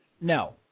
No